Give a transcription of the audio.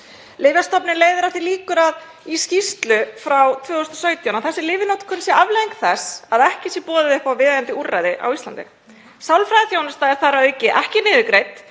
Lyfjastofnun leiðir að því líkur í skýrslu frá 2017 að þessi lyfjanotkun sé afleiðing þess að ekki sé boðið upp á viðeigandi úrræði á Íslandi. Sálfræðiþjónusta er þar að auki ekki niðurgreidd